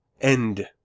end